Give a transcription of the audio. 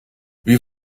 wie